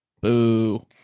Boo